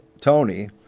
Tony